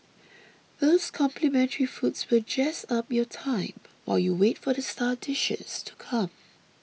those complimentary foods will jazz up your time while you wait for the star dishes to come